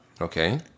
Okay